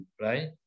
right